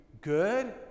good